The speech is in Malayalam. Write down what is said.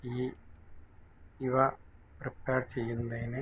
ഈ ഇവ റിപ്പേർ ചെയ്യുന്നതിന്